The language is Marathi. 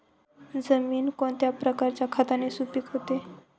जमीन कोणत्या प्रकारच्या खताने सुपिक होते?